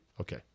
Okay